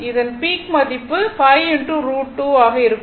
இதன் பீக் மதிப்பு 5 √2 ஆக இருக்கும்